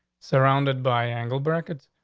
surrounded by angle brackets,